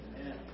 Amen